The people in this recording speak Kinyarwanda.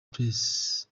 palace